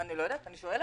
אני לא יודעת, אני שואלת.